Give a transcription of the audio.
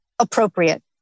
Appropriate